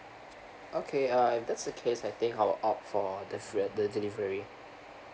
okay uh if that's a case I think I will opt for the free uh the delivery